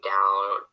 down